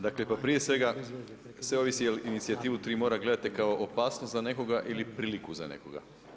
Dakle, pa prije svega sve ovisi je li inicijativu tri mora gledate kao opasnost za nekoga ili priliku za nekoga.